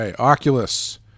Oculus